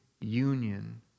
union